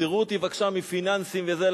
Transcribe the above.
תפטרו אותי בבקשה מפיננסים וזה,